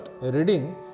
reading